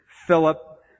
Philip